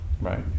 right